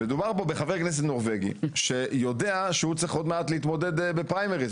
מדובר פה בחבר כנסת נורבגי שיודע שהוא צריך עוד מעט להתמודד בפריימריז.